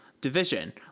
division